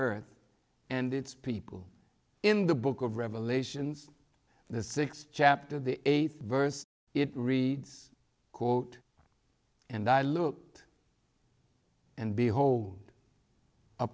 earth and its people in the book of revelations the sixth chapter of the eighth verse it reads quote and i looked and behold